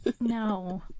No